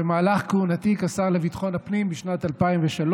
במהלך כהונתי כשר לביטחון הפנים בשנת 2003,